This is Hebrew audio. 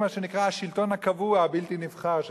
מה שנקרא השלטון הקבוע הבלתי-נבחר של